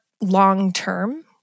long-term